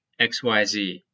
XYZ